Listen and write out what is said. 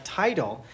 title